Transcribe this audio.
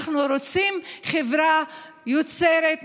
אנחנו רוצים חברה יוצרת,